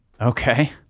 Okay